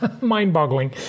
mind-boggling